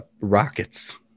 rockets